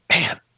man